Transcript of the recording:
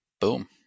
Boom